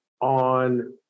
on